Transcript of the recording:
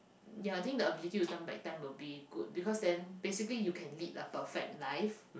ya I think the ability to turn back time will be good because then basically you can lead a perfect life